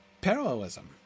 parallelism